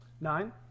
Nine